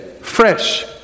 fresh